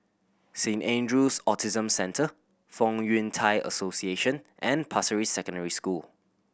Saint Andrew's Autism Centre Fong Yun Thai Association and Pasir Ris Secondary School